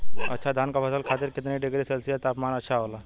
अच्छा धान क फसल के खातीर कितना डिग्री सेल्सीयस तापमान अच्छा होला?